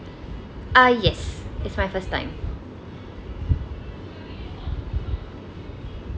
ah yes it's my first time